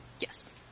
Yes